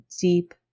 deep